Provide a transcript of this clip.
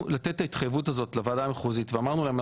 לתת את ההתחייבות הזאת לוועדה המחוזית ואמרנו להם,